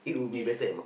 if